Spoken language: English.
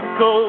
go